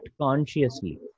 consciously